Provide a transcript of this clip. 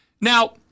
Now